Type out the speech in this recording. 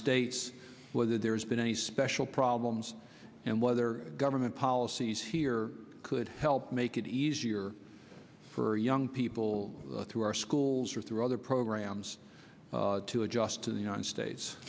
states whether there's been any special problems and whether government policies here could help make it easier for young people through our schools or through other programs to adjust to the united states